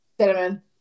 cinnamon